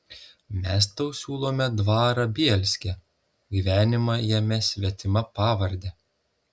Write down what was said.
mes tau siūlome dvarą bielske gyvenimą jame svetima pavarde